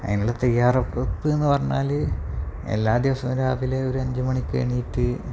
അതിനുള്ള തയ്യാറെടുപ്പെന്നു പറഞ്ഞാല് എല്ലാ ദിവസവും രാവിലെ ഒരു അഞ്ച് മണിക്കെണീറ്റ്